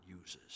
uses